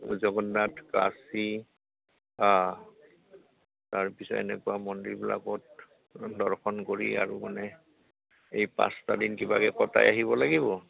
জগন্নাথ কাশী হাঁ তাৰপিছত এনেকুৱা মন্দিৰবিলাকত দৰ্শন কৰি আৰু মানে এই পাঁচটা দিন কিবাকৈ কটাই আহিব লাগিব